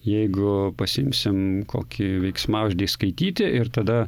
jeigu pasiimsim kokį veiksmažodį skaityti ir tada